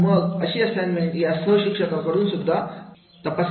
आणि मग अशी असाइनमेंट या सह शिक्षकाकडून तपासले जातील